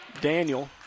Daniel